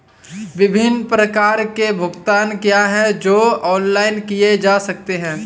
विभिन्न प्रकार के भुगतान क्या हैं जो ऑनलाइन किए जा सकते हैं?